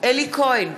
אלי כהן,